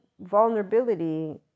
vulnerability